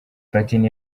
platini